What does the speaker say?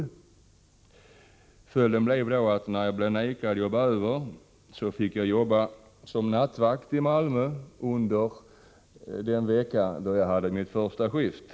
När 7 november 1984: jag blev nekad att jobba över fick jag jobba som nattvakt i Malmö under den vecka då jag hade mitt första skift.